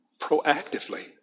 proactively